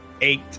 Eight